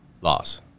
Loss